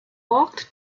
walked